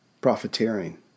Profiteering